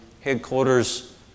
headquarters